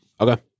okay